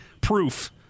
proof